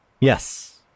Yes